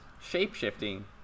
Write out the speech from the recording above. Shape-shifting